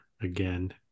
again